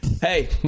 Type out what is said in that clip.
hey